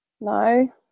No